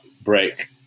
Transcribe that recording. break